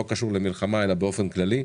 לא קשור למלחמה אלא באופן כללי,